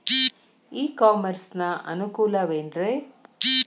E commerce ನ ಅನುಕೂಲವೇನ್ರೇ?